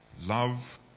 love